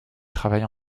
travaille